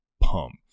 pump